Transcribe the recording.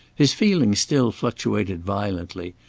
his feelings still fluctuated violently,